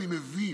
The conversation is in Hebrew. אני מבין.